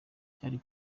cyari